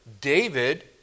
David